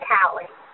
Callie